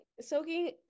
soaking